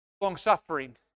Long-suffering